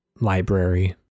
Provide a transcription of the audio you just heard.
library